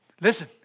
Listen